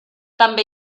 també